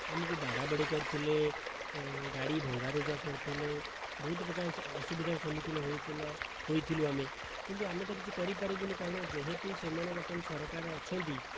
ଆମକୁ ବାଡ଼ାବାଡ଼ି କରିଥିଲେ ଗାଡ଼ି ଭଙ୍ଗା ରୁଜା କରିଥିଲେ ବହୁତ ପ୍ରକାର ଅସୁବିଧାରେ ସମ୍ମୁଖୀନ ହୋଇଥିଲ ହୋଇଥିଲୁ ଆମେ କିନ୍ତୁ ଆମେ ତ କିଛି କରିପାରିବୁନାହିଁ କାରଣ ଯେହେତୁ ସେମାନେ ବର୍ତ୍ତମାନ ସରକାରରେ ଅଛନ୍ତି